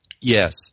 Yes